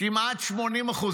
כמעט 80%